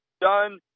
done